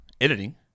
editing